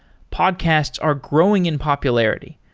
podcasts are growing in popularity.